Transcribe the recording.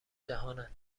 جهانند